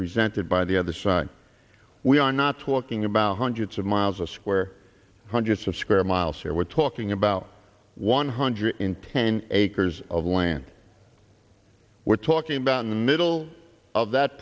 presented by the other side we are not talking about hundreds of miles of square hundreds of square miles here we're talking about one hundred in pain acres of land we're talking about in the middle of that